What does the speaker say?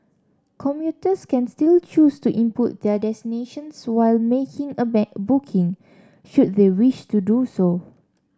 commuters can still choose to input their destinations while making a booking should they wish to do so